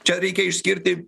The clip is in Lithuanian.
čia reikia išskirti